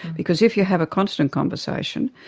because if you have a constant conversation,